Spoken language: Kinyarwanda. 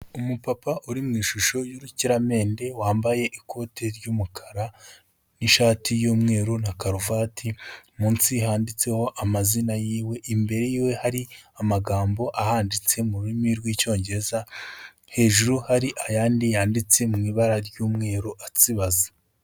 Umupapa uri mu ishusho y'urukiramende wambaye ikote ry'umukara n'ishati y'umweru na karuvati, munsi handitseho amazina yiwe, imbere yiwe hari amagambo ahanditse mu rurimi rw'icyongereza, hejuru hari ayandi yanditse mu ibara ry'umweru atsibaze.